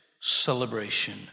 celebration